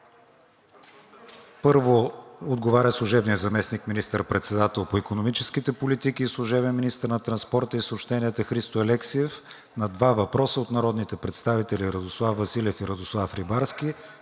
11,00 ч.: - служебният министър министър-председател по икономическите политики и служебен министър на транспорта и съобщенията Христо Алексиев на два въпроса от народните представители Радослав Василев и Радослав Рибарски;